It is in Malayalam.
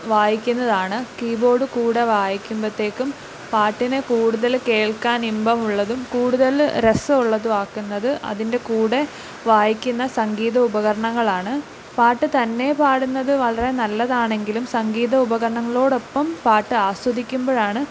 വായിക്കുന്നതാണ് കീബോർഡ് കൂടെ വായിക്കുമ്പോഴത്തേക്കും പാട്ടിന് കൂടുതൽ കേൾക്കാൻ ഇമ്പമുള്ളതും കൂടുതൽ രസം ഉള്ളതും ആക്കുന്നത് അതിൻ്റെ കൂടെ വായിക്കുന്ന സംഗീത ഉപകരണങ്ങളാണ് പാട്ട് തന്നെ പാടുന്നത് വളരെ നല്ലതാണങ്കിലും സംഗീത ഉപകരണങ്ങളോടൊപ്പം പാട്ട് ആസ്വദിക്കുമ്പോഴാണ്